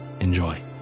enjoy